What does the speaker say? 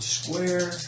square